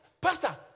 Pastor